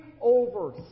over